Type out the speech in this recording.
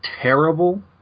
terrible